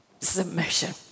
submission